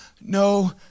no